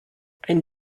einen